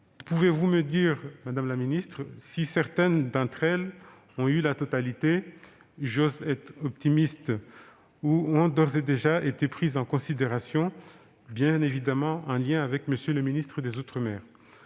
Pouvez-vous me dire, madame la ministre, si certaines d'entre elles ou même la totalité - j'ose être optimiste !- ont d'ores et déjà été prises en considération, bien évidemment en lien avec M. le ministre des outre-mer ?